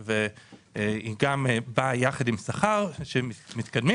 והיא גם באה יחד עם שכר שמתקדמים.